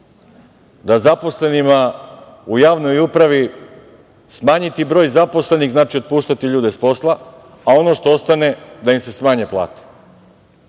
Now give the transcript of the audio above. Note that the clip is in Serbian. da zaposlenima u javnoj upravi, smanjiti broj zaposlenih znači otpuštati ljude s posla, a ono što ostane da im se smanje plate,